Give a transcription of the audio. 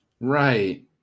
Right